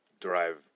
drive